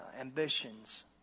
ambitions